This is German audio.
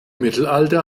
mittelalter